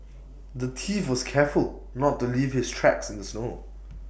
the thief was careful to not leave his tracks in the snow